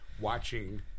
watching